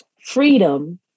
freedom